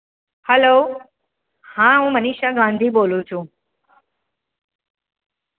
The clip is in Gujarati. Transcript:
હેલો હા હું મનિષા ગાંધી બોલું છું